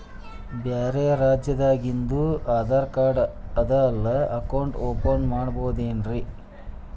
ಬ್ಯಾರೆ ರಾಜ್ಯಾದಾಗಿಂದು ಆಧಾರ್ ಕಾರ್ಡ್ ಅದಾ ಇಲ್ಲಿ ಅಕೌಂಟ್ ಓಪನ್ ಮಾಡಬೋದೇನ್ರಿ?